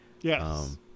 yes